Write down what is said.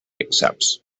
accepts